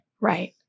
Right